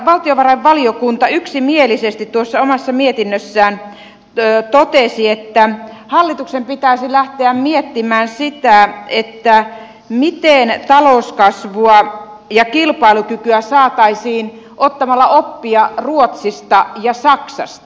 valtiovarainvaliokunta yksimielisesti tuossa omassa mietinnössään totesi että hallituksen pitäisi lähteä miettimään sitä miten talouskasvua ja kilpailukykyä saataisiin ottamalla oppia ruotsista ja saksasta